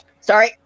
sorry